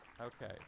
okay